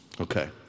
Okay